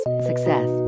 Success